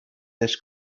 this